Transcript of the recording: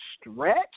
stretch